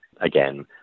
again